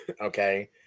Okay